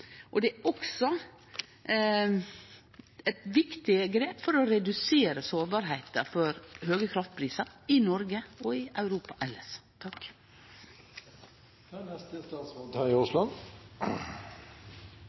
Det er også eit viktig grep for å redusere sårbarheita for høge kraftprisar i Noreg og i Europa elles.